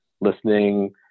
listening